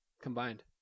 combined